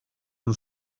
and